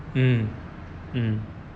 um um